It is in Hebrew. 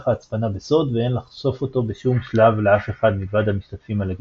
ההצפנה בסוד ואין לחשוף אותו בשום שלב לאף אחד מלבד המשתתפים הלגיטימיים,